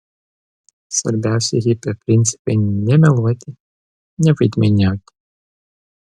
svarbiausi hipio principai nemeluoti neveidmainiauti